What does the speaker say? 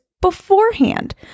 beforehand